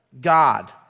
God